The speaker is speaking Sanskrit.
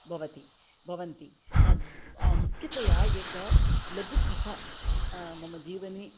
भवन्ति भवन्ति मुख्यतया एका लघुकथा मम जीवने